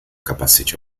capacete